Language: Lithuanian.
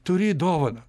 turi dovaną